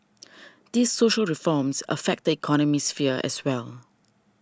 these social reforms affect the economic sphere as well